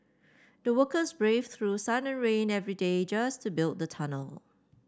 the workers braved through sun and rain every day just to build the tunnel